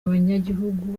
abanyagihugu